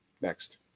Next